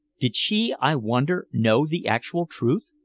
did she, i wondered, know the actual truth?